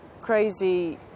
crazy